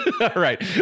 right